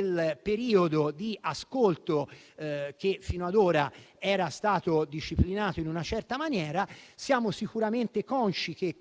l'attività di ascolto, che fino ad ora era stato disciplinato in una certa maniera. Siamo sicuramente consci del fatto che